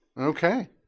Okay